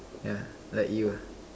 yeah like you ah